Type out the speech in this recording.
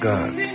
God